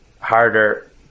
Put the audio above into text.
harder